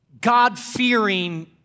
God-fearing